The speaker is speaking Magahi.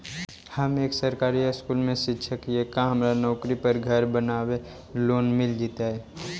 हम एक सरकारी स्कूल में शिक्षक हियै का हमरा नौकरी पर घर बनाबे लोन मिल जितै?